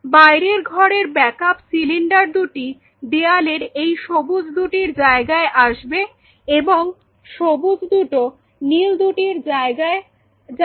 বাইরের ঘরের backup cylinder দুটি দেওয়ালের এই সবুজ দুটির জায়গায় আসবে এবং সবুজ দুটো নীল দুটির জায়গায় যাবে